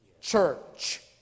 church